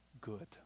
good